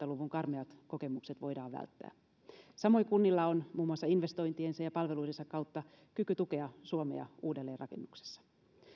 luvun karmeat kokemukset voidaan välttää samoin kunnilla on muun muassa investointiensa ja palveluidensa kautta kyky tukea suomea uudelleenrakennuksessa